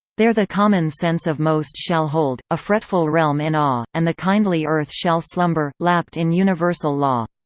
there the common sense of most shall hold a fretful realm in awe and the kindly earth shall slumber lapt in universal law.